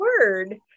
word